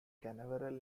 canaveral